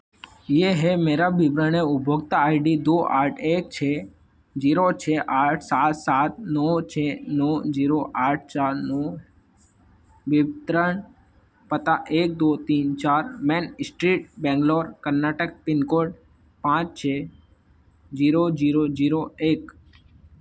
यह है मेरा विवरण उपभोक्ता आई डी दो आठ एक छः जीरो छः आठ सात सात नौ छः नौ जीरो आठ चार नौ वितरण पता एक दो तीन चार main street Bangalore Karnataka pin code पाँच छः जीरो जीरो जीरो एक